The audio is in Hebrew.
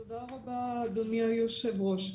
תודה רבה, אדוני היושב-ראש.